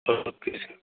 तो फिर से